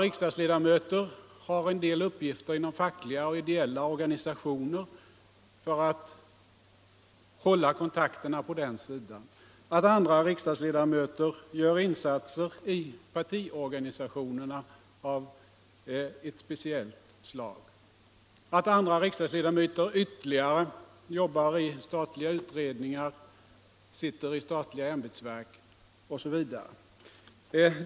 Riksdagsledamöter som har en del uppgifter inom fackliga och ideella organisationer för att hålla kontakt med den sidan, andra åter som gör insatser av ett speciellt slag i partiorganisationerna, eller arbetar i statliga utredningar och ämbetsverk osv.